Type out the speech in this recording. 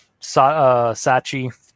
Sachi